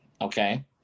Okay